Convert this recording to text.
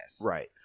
Right